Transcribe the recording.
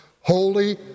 Holy